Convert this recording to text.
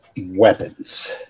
weapons